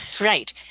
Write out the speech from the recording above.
right